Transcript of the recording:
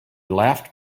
laughed